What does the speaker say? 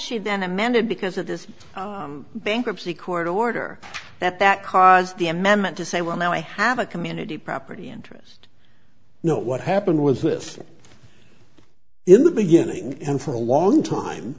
amended because of this bankruptcy court order that that caused the amendment to say well now i have a community property interest not what happened was this in the beginning and for a long time